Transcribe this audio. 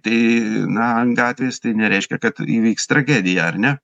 tai na an gatvės tai nereiškia kad įvyks tragedija ar ne